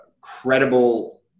credible